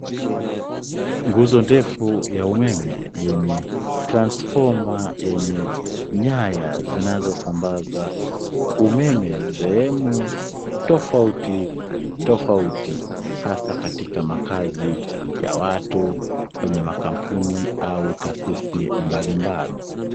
Nguzo ndefu ya umeme yenye transifoma yenye nyaya zinazosambaza umeme sehemu tofauti tofauti hasa katika makazi ya watu, kwenye makampuni au taasisi mbalimbali.